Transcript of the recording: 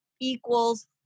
equals